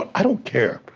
i don't care,